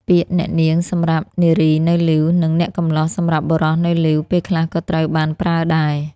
ពាក្យ អ្នកនាង សម្រាប់នារីនៅលីវ និង អ្នកកំលោះ សម្រាប់បុរសនៅលីវ ពេលខ្លះក៏ត្រូវបានប្រើដែរ។